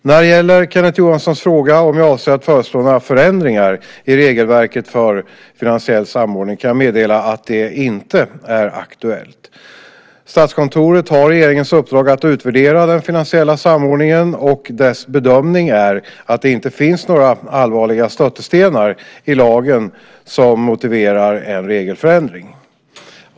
När det gäller Kenneth Johanssons fråga om jag avser att föreslå förändringar i regelverket för finansiell samordning kan jag meddela att det inte är aktuellt. Statskontoret har regeringens uppdrag att utvärdera den finansiella samordningen, och dess bedömning är att det inte finns några allvarliga stötestenar i lagen som motiverar en regelförändring.